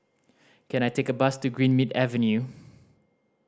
can I take a bus to Greenmead Avenue